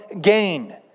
gain